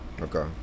Okay